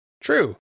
True